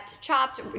chopped